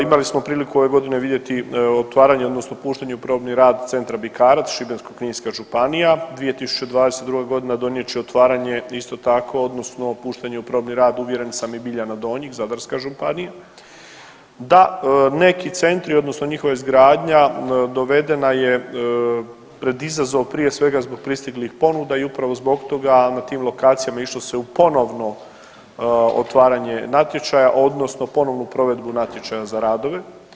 Imali smo priliku ove godine vidjeti otvaranje odnosno puštanje u probni rad Centra Bikarac Šibensko-kninska županija, 2022.g. donijet će otvaranje isto tako odnosno puštanje u probni rad uvjeren sam i Biljana donjih Zadarska županija, da neki centri odnosno njihova izgradnja dovedena je pred izazov prije svega zbog pristiglih ponuda i upravo zbog toga na tim lokacijama išlo se u ponovno otvaranje natječaja odnosno ponovnu provedbu natječaja za radove.